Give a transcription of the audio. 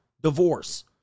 divorce